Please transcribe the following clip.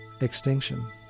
Extinction